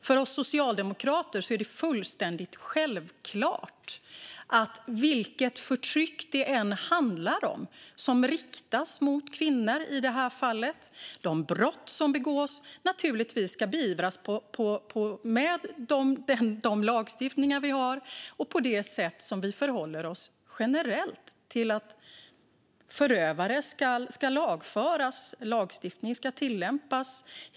För oss socialdemokrater är det fullständigt självklart att allt förtryck och alla brott som riktas mot kvinnor ska beivras med de lagstiftningar vi har och på det sätt som vi förhåller oss generellt när det gäller att förövare ska lagföras.